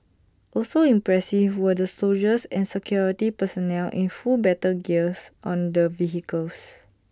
also impressive were the soldiers and security personnel in full battle gears on the vehicles